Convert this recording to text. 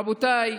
רבותיי,